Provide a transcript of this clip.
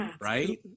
right